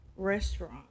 restaurant